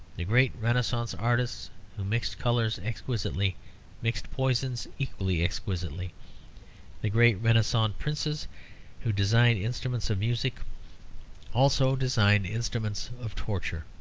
the great renaissance artists who mixed colours exquisitely mixed poisons equally exquisitely the great renaissance princes who designed instruments of music also designed instruments of torture.